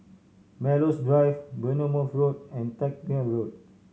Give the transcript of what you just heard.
Melrose Drive Bournemouth Road and Tangmere Road